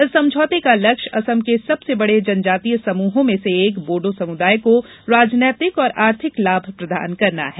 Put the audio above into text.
इस समझौते का लक्ष्य े सम के सबसे बड़े जनजातीय समूहों में से एक बोडो समुदाय को राजनीतिक और आर्थिक लाभ प्रदान करना है